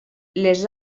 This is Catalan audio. les